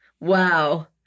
Wow